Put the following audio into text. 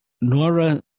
Nora